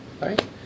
right